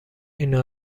این